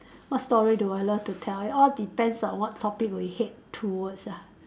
what story do I love to tell it all depends on what topic we hate towards ah